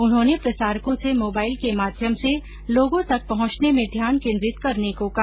उन्होंने प्रसारकों से मोबाइल के माध्यम से लोगों तक पहुंचने में ध्यान केन्द्रित करने को कहा